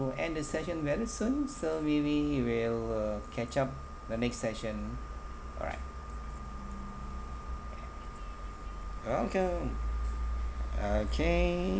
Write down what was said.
end the session very soon so we we we'll uh catch up the next session all right welcome okay